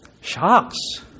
Shocks